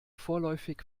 vorläufig